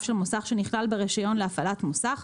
של מוסך שנכלל ברישיון170 להפעלת מוסך.